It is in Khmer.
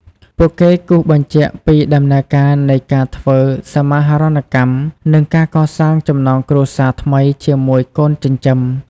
ពួកគេគូសបញ្ជាក់ពីដំណើរការនៃការធ្វើសមាហរណកម្ម និងការកសាងចំណងគ្រួសារថ្មីជាមួយកូនចិញ្ចឹម។